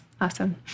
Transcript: Awesome